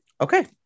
Okay